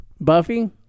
Buffy